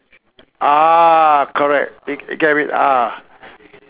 ah correct get what I mean ah